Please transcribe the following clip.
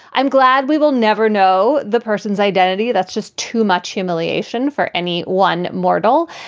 i'm glad we will never know the person's identity. that's just too much humiliation for any one mortal.